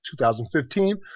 2015